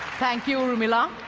thank you, urmila,